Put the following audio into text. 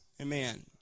Amen